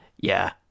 Yeah